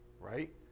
right